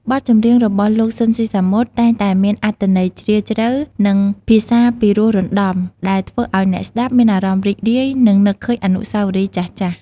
បទចម្រៀងរបស់លោក ស៊ីន ស៊ីសាមុត តែងតែមានអត្ថន័យជ្រាលជ្រៅ និងភាសាពិរោះរណ្ដំ ដែលធ្វើឱ្យអ្នកស្ដាប់មានអារម្មណ៍រីករាយ និងនឹកឃើញអនុស្សាវរីយ៍ចាស់ៗ។